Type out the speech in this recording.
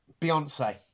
Beyonce